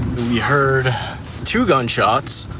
we heard two gunshots.